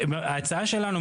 ההצעה שלנו,